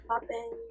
Popping